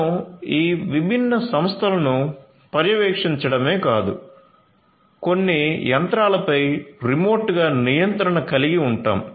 మనం ఈ విభిన్న సంస్థలను పర్యవేక్షించడమే కాదు కొన్ని యంత్రాలపై రిమోట్గా నియంత్రణ కలిగి ఉంటాము